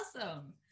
awesome